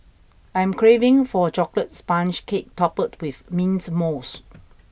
I am craving for a chocolate sponge cake toppled with mint mousse